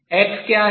x क्या है